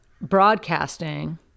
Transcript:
broadcasting